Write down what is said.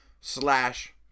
slash